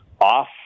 off